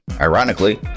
Ironically